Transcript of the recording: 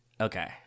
Okay